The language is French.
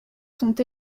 sont